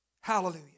Hallelujah